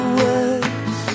words